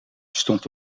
stond